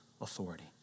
authority